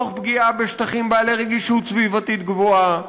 תוך פגיעה בשטחים בעלי רגישות סביבתית גבוהה.